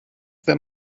wenn